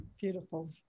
Beautiful